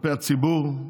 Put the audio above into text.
כלפי הציבור.